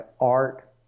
art